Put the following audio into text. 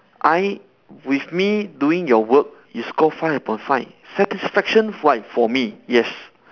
I with me doing your work you score five upon five satisfaction why for me yes